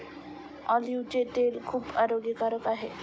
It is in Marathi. ऑलिव्हचे तेल खूप आरोग्यकारक आहे